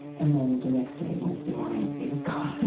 and then the next day, wednesday morning, it was gone.